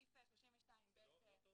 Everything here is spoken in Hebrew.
החלפנו את "זיהויו" ב"זהותו".